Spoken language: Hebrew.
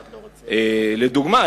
לדוגמה,